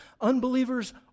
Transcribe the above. Unbelievers